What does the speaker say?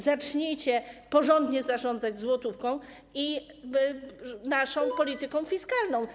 Zacznijcie porządnie zarządzać złotówką i naszą polityką fiskalną.